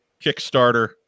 Kickstarter